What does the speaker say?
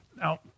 Now